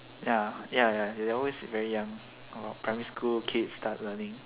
ya ya ya they always very young a lot primary school kids start learning